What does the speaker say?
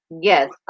yes